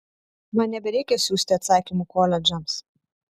man nebereikia siųsti atsakymų koledžams